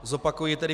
Zopakuji tedy.